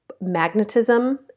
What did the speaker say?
magnetism